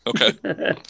Okay